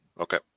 okay